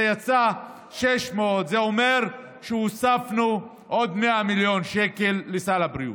זה יצא 600. זה אומר שהוספנו עוד 100 מיליון שקל לסל הבריאות.